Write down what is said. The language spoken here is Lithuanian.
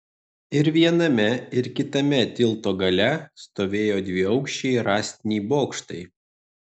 ir viename ir kitame tilto gale stovėjo dviaukščiai rąstiniai bokštai